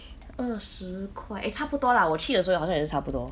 二十块 eh 差不多啦我去的时候好像也是差不多